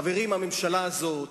חברים, הממשלה הזאת